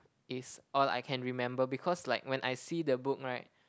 is all I can remember because like when I see the book right